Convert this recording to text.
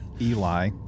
Eli